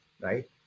right